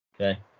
Okay